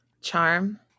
Charm